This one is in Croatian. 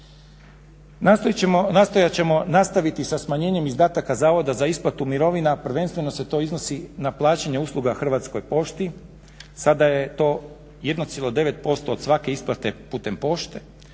Nastojat ćemo nastaviti sa smanjenjem izdataka zavoda za isplatu mirovina, a prvenstveno se to odnosi na plaćanje usluga Hrvatskoj pošti. Sada je to 1,9% od svake isplate putem pošte